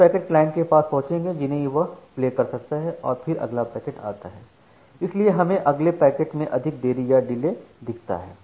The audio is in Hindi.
कुछ पैकेट क्लाइंट के पास पहुंचेंगे जिन्हें वह प्ले कर सकता है और फिर अगला पैकेट आता है इसलिए हमें अगले पैकेट में अधिक देरी या डिले दिखता है